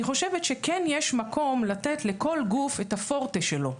חושבת שכן יש מקום לתת לכל גוף את הפורטה שלו.